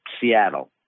Seattle